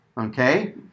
okay